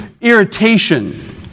irritation